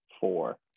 four